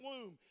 womb